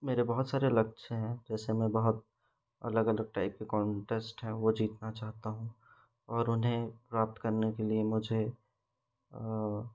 मेरे बहुत सारे लक्ष्य हैं जैसे मैं बहुत अलग अलग टाइप के कॉन्टेस्ट हैं वह जीतना चाहता हूँ और उन्हें प्राप्त करने के लिए मुझे